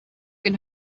can